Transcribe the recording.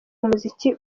umuziki